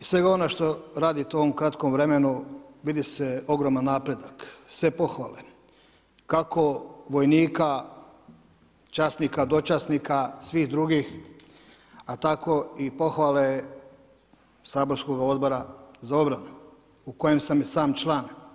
i svega onoga što radite u ovom kratkom vremenu, vidi se ogroman napredak, sve pohvale, kako vojnika, časnika, dočasnika, svih drugi a tako i pohvale saborskoga Odbora za obranu u kojem sam i sam član.